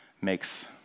makes